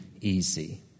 easy